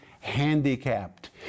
handicapped